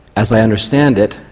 as i understand it,